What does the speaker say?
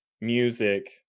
music